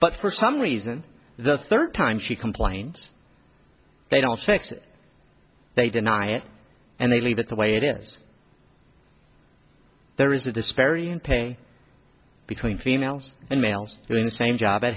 but for some reason the third time she complains they don't fix it they deny it and they leave it the way it is there is a disparity in pay between females and males doing the same job at